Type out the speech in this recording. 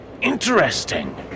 Interesting